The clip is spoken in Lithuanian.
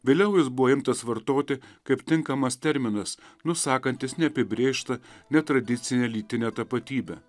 vėliau jis buvo imtas vartoti kaip tinkamas terminas nusakantis neapibrėžtą netradicinę lytinę tapatybę